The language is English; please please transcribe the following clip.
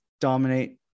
dominate